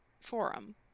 forum